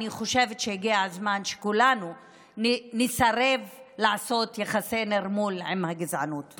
אני חושבת שהגיע הזמן שכולנו נסרב ליחסי נרמול עם הגזענות.